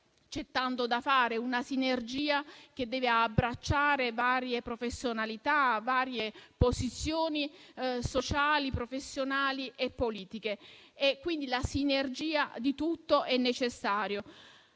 necessaria una sinergia che deve abbracciare varie professionalità e varie posizioni sociali, professionali e politiche; la sinergia di tutto è necessaria.